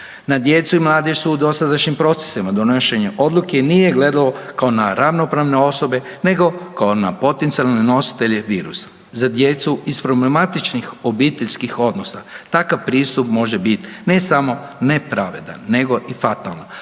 Na djecu i mladež su u dosadašnjim procesima donošenja odluke nije gledalo kao na ravnopravne osobe nego na potencijalne nositelje virusa. Za djecu iz problematičnih obiteljskih odnosa takav pristup može biti ne samo nepravedan nego i fatalan.